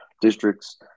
districts